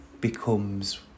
becomes